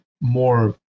more